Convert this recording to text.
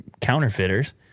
counterfeiters